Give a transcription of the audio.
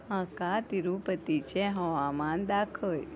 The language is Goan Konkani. म्हाका तिरुपतीचें हवामान दाखय